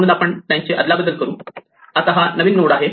म्हणून आपण त्यांची अदलाबदल करू आता हा नवीन नोड आहे